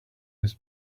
his